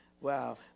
wow